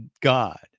God